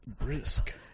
Brisk